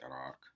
Iraq